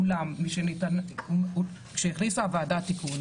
אולם כשהכניסה הוועדה תיקון,